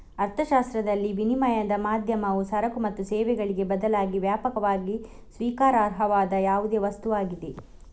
ಅರ್ಥಶಾಸ್ತ್ರದಲ್ಲಿ, ವಿನಿಮಯದ ಮಾಧ್ಯಮವು ಸರಕು ಮತ್ತು ಸೇವೆಗಳಿಗೆ ಬದಲಾಗಿ ವ್ಯಾಪಕವಾಗಿ ಸ್ವೀಕಾರಾರ್ಹವಾದ ಯಾವುದೇ ವಸ್ತುವಾಗಿದೆ